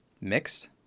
mixed